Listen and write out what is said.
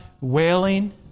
wailing